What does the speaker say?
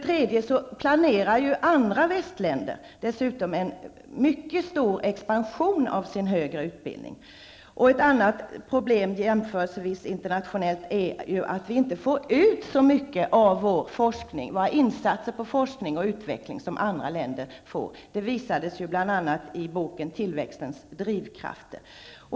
Andra västländer planerar dessutom en mycket stor expansion av sin högre utbildning. Ett annat problem är att vi inte gör så stora insatser för forskning och utveckling som andra länder gör. Detta visades bl.a. i boken Tillväxtens drivkrafter.